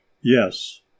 yes